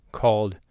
called